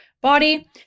body